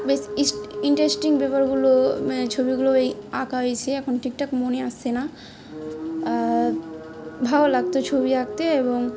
বেশ ইন্টারেস্টিং ব্যাপারগুলো ছবিগুলোই আঁকা হয়েছে এখন ঠিকঠাক মনে আসছে না ভালো লাগতো ছবি আঁকতে এবং